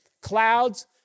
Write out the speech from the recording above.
clouds